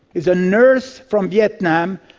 it's a nurse from vietnam.